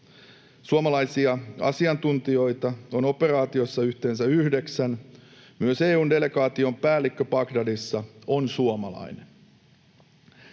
Suomalaisia asiantuntijoita on operaatiossa yhteensä yhdeksän, ja myös EU:n delegaation päällikkö Bagdadissa on suomalainen.